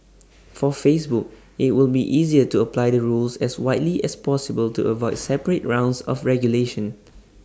for Facebook IT will be easier to apply the rules as widely as possible to avoid separate rounds of regulation